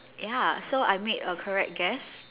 ya so I made a correct guess